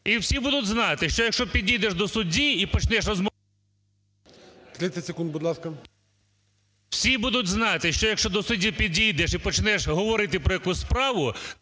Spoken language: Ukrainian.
І всі будуть знати, що якщо підійдеш до судді і почнеш… ГОЛОВУЮЧИЙ. 30 секунд, будь ласка. КУПРІЄНКО О.В. Всі будуть знати, що якщо до судді підійдеш і почнеш говорити про якусь справу,